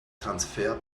transfer